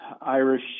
Irish